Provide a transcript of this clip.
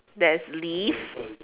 there's lift